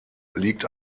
liegt